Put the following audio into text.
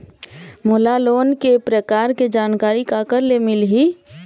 मोला लोन के प्रकार के जानकारी काकर ले मिल ही?